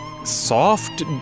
soft